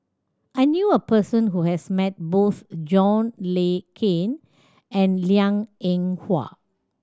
I knew a person who has met both John Le Cain and Liang Eng Hwa